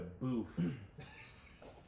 boof